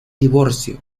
divorcio